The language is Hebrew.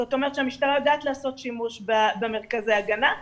זאת אומרת שהמשטרה יודעת לעשות שימוש במרכזי ההגנה.